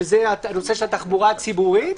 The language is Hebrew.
שזה הנושא של התחבורה הציבורית,